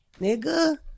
Nigga